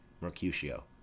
mercutio